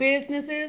Businesses